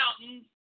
mountains